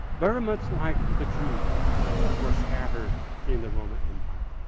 very much like the jews were scattered in the roman empire.